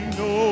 no